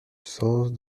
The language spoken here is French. sens